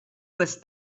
was